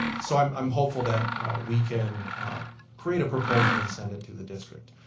so i'm i'm hopeful that we can create a proposal and send it to the district.